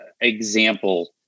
example